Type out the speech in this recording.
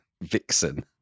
Vixen